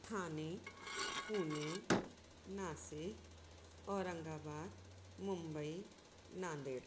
Thane Pune Nashik Aurangabad Mumbai Nanded